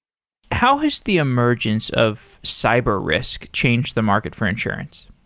how has the emergence of cyber risk change the market for insurance?